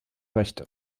rechte